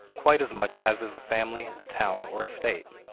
quite as much as is a family, a town, or a state.